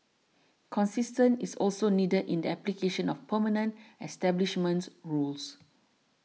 consistent is also needed in the application of permanent establishment rules